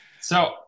So-